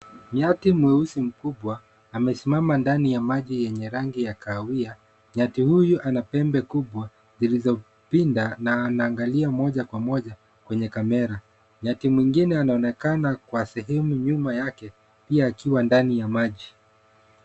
Nyati mweusi mkubwa amesimama ndani ya maji yenye rangi ya kahawia. Nyati huyo ana pembe kubwa zilizopinda, na anaangalia moja kwa moja kwenye kamera. Nyati mwingine anaonekana kwa sehemu ya nyuma yake, pia akiwa ndani ya maji.